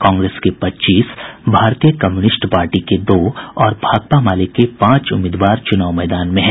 कांग्रेस के पच्चीस भारतीय कम्युनिस्ट पार्टी के दो और भाकपा माले के पांच उम्मीदवार चुनाव मैदान में है